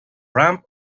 ramp